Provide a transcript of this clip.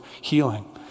healing